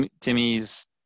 Timmy's